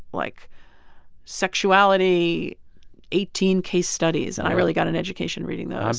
like sexuality eighteen case studies and i really got an education reading those.